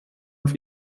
auf